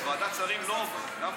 בוועדת השרים זה לא עובר.